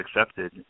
accepted